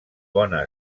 bona